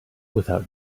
without